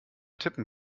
tippen